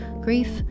grief